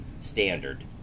standard